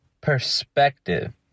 perspective